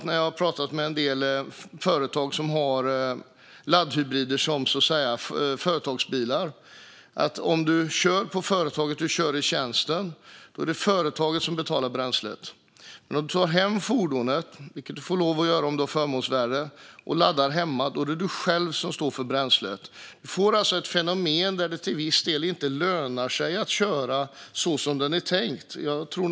När jag har pratat med en del företag som har laddhybrider som företagsbilar har jag också fått höra följande: Om du kör i tjänsten är det företaget som betalar bränslet, men om du tar hem fordonet - vilket du får lov att göra om du har förmånsvärde - och laddar hemma är det du själv som får stå för bränslet. Vi får alltså fenomenet att det till viss del inte lönar sig att köra laddhybriden så som den är tänkt att köras.